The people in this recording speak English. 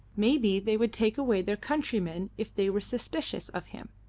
maybe they would take away their countryman if they were suspicious of him.